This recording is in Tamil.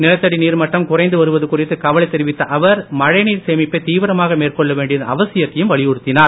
நிலத்தடி நீர்மட்டம் குறைந்து வருவது குறித்து கவலை தெரிவித்த அவர் மழைநீர் சேமிப்பைத் தீவிரமாக மேற்கொள்ள வேண்டியதன் அவசியத்தையும் வலியுறுத்தினார்